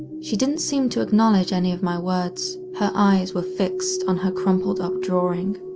she didn't seem to acknowledge any of my words. her eyes were fixed on her crumpled up drawing.